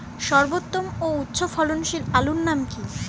সর্বোত্তম ও উচ্চ ফলনশীল আলুর নাম কি?